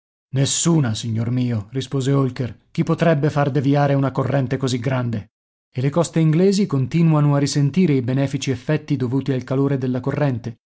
nessuna signor mio rispose holker chi potrebbe far deviare una corrente così grande e le coste inglesi continuano a risentire i benefici effetti dovuti al calore della corrente